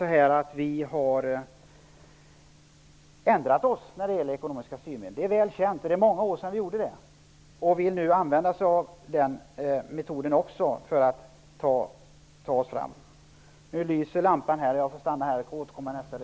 Vi har faktiskt ändrat oss i fråga om ekonomiska styrmedel. Det är väl känt, och det är många år sedan vi gjorde det. Vi vill nu också att den metoden skall användas.